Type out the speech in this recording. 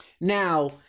Now